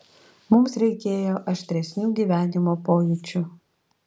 mums reikėjo aštresnių gyvenimo pojūčių